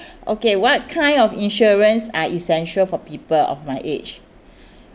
okay what kind of insurance are essential for people of my age